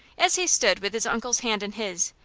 as he stood with his uncle's hand in his,